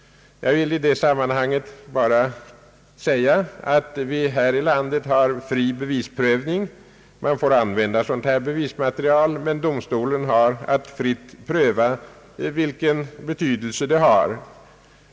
Jag vill i detta sammanhang endast säga att vi i vårt land har fri bevisprövning — man får använda sådant bevismaterial, men domstolen har att fritt pröva vilket bevisvärde det har.